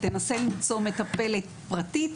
תנסה למצוא מטפלת פרטית,